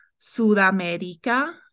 Sudamérica